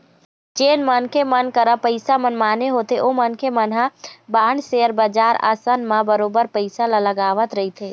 जेन मनखे मन करा पइसा मनमाने होथे ओ मनखे मन ह बांड, सेयर बजार असन म बरोबर पइसा ल लगावत रहिथे